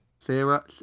Sarah